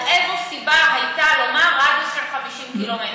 אז איזו סיבה הייתה לומר: רדיוס של 50 ק"מ?